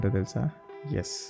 Yes